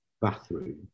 bathroom